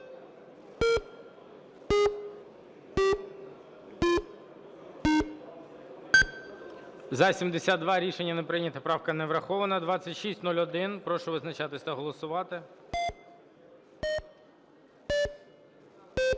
За-72 Рішення не прийнято. Правка не врахована. 2601. Прошу визначатися та голосувати. 11:09:28